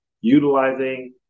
utilizing